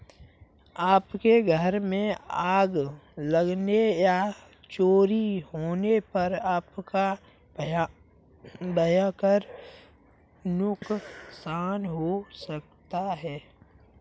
आपके घर में आग लगने या चोरी होने पर आपका भयंकर नुकसान हो सकता है